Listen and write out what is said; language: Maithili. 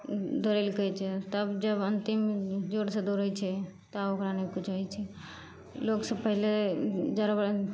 दौड़ैलए कहै छै तब जब अन्तिम जोरसे दौड़ै छै तब ओकरा नहि किछु होइ छै लोक से पहिले